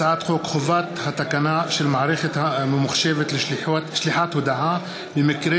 הצעת חוק חובת התקנה של מערכת ממוחשבת לשליחת הודעה במקרה